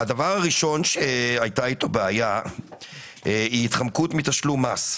הראשון שהיה איתו בעיה היה ההתחמקות מתשלום מס.